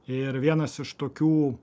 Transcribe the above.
ir vienas iš tokių